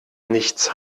nichts